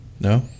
No